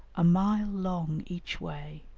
a mile long each way,